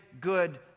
good